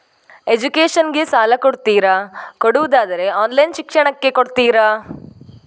Education ಗೆ ಸಾಲ ಕೊಡ್ತೀರಾ, ಕೊಡುವುದಾದರೆ ಆನ್ಲೈನ್ ಶಿಕ್ಷಣಕ್ಕೆ ಕೊಡ್ತೀರಾ?